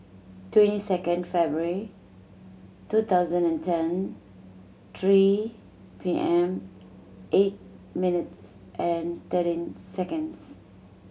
twenty second February two thousand and ten three P M eight minutes and thirteen seconds